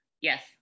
Yes